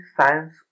science